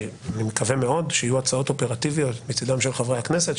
אני מקווה מאוד שיהיו הצעות אופרטיביות מצידם של חברי הכנסת,